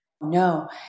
No